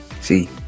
See